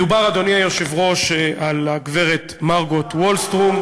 מדובר, אדוני היושב-ראש, על הגברת מרגוט ולסטרם.